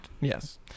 Yes